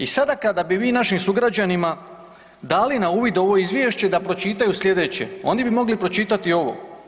I sada kada bi vi našim sugrađanima dali na uvid ovo izvješće da pročitaju slijedeće oni bi mogli pročitati ovo.